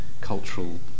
cultural